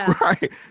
right